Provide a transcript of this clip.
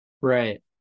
Right